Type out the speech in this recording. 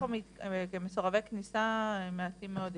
מתוך מסורבי הכניסה, מעטים מאוד הגישו.